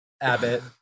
Abbott